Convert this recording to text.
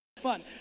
fun